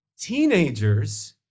teenagers